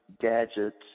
gadgets